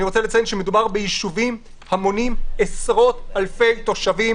אני רוצה לציין שמדובר בישובים המונים עשרות אלפי תושבים,